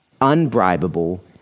unbribable